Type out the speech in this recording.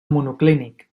monoclínic